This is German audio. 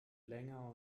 länger